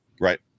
right